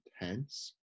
intense